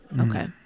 okay